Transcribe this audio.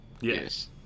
yes